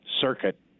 circuit